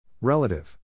Relative